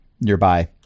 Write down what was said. nearby